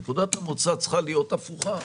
נקודת המוצא צריכה להיות הפוכה.